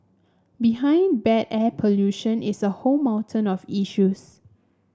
behind bad air pollution is a whole mountain of issues